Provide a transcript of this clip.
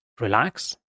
Relax